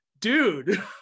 dude